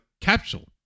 capsule